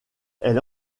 elle